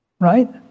right